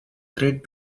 great